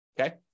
okay